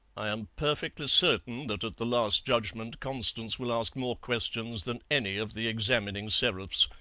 i am perfectly certain that at the last judgment constance will ask more questions than any of the examining seraphs.